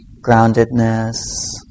groundedness